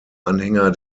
anhänger